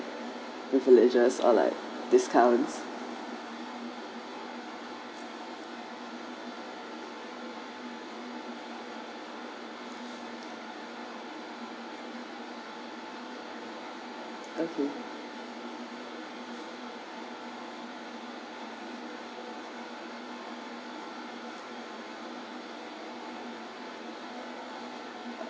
privilege or like discount okay